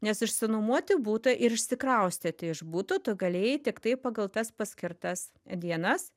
nes išsinuomoti butą ir išsikraustyti iš buto tu galėjai tiktai pagal tas paskirtas dienas